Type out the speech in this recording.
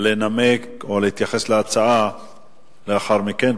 לנמק או להתייחס להצעה לאחר מכן,